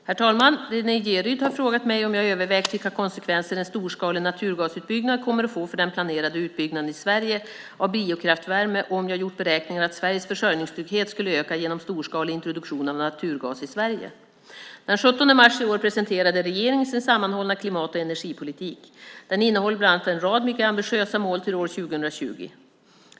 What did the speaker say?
Herr talman! Renée Jeryd har frågat mig om jag har övervägt vilka konsekvenser en storskalig naturgasutbyggnad kommer att få för den planerade utbyggnaden i Sverige av biokraftvärme och om jag har gjort beräkningar att Sveriges försörjningstrygghet skulle öka genom storskalig introduktion av naturgas i Sverige. Den 17 mars i år presenterade regeringen sin sammanhållna klimat och energipolitik. Den innehåller bland annat en rad mycket ambitiösa mål till år 2020.